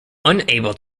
unable